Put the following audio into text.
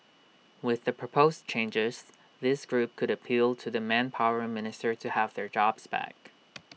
with the proposed changes this group could appeal to the manpower minister to have their jobs back